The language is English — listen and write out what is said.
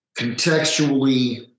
contextually